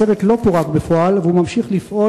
הצוות לא פורק בפועל והוא ממשיך לפעול